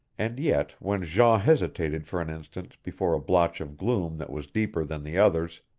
and yet when jean hesitated for an instant before a blotch of gloom that was deeper than the others,